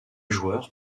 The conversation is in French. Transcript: joueurs